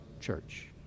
church